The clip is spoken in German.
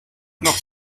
noch